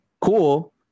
cool